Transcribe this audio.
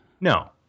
No